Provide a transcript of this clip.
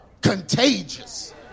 contagious